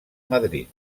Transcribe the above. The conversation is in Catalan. madrid